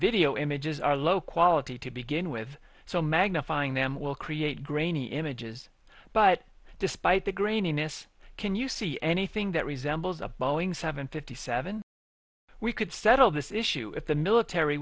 video images are low quality to begin with so magnifying them will create grainy images but despite the graininess can you see anything that resembles a boeing seven fifty seven we could settle this issue if the military